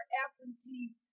absentee